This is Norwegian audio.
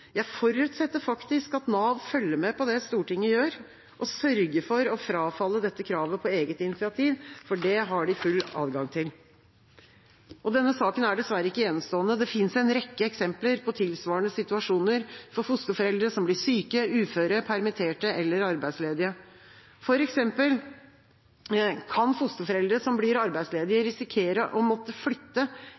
jeg forutsetter faktisk at Nav følger med på det Stortinget gjør, og sørger for å frafalle dette kravet på eget initiativ, for det har de full adgang til. Denne saken er dessverre ikke enestående. Det finnes en rekke eksempler på tilsvarende situasjoner for fosterforeldre som blir syke, uføre, permitterte eller arbeidsledige. For eksempel kan fosterforeldre som blir arbeidsledige, risikere å måtte flytte